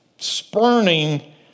spurning